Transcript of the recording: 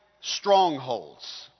strongholds